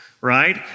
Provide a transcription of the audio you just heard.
right